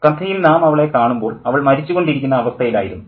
കഥയിൽ നാം അവളെ കാണുമ്പോൾ അവൾ മരിച്ചു കൊണ്ടിരിക്കുന്ന അവസ്ഥയിൽ ആയിരുന്നു